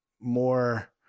more